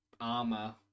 armor